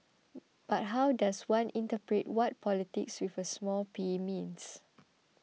but how does one interpret what politics with a small P means